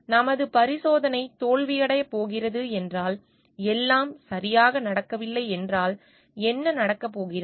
நமது பரிசோதனை தோல்வியடையப் போகிறது என்றால் எல்லாம் சரியாக நடக்கவில்லை என்றால் என்ன நடக்கப் போகிறது